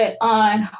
on